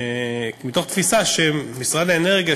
מתוך תפיסה שמשרד האנרגיה,